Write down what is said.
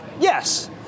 yes